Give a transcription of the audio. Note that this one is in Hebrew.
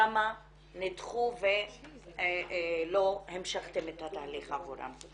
כמה נידחו ולא המשכתם את התהליך עבורן.